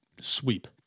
sweep